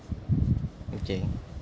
okay